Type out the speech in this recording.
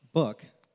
book